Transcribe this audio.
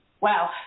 wow